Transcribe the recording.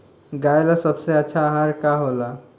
गाय ला सबसे अच्छा आहार का होला?